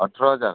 ଅଠର ହଜାର